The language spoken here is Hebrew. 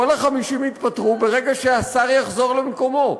כל ה-50 יתפטרו ברגע שהשר יחזור למקומו.